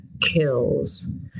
kills